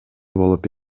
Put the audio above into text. болуп